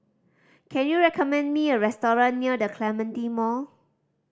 can you recommend me a restaurant near The Clementi Mall